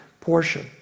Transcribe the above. portion